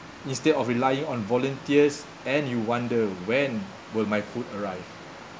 instead of relying on volunteers and you wonder when will my food arrive